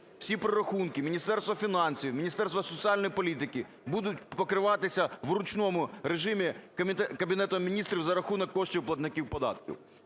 всі прорахунки Міністерства фінансів, Міністерства соціальної політики будуть покриватися в ручному режимі Кабінетом Міністрів за рахунок коштів платників податків.